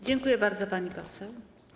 Dziękuję bardzo, pani poseł.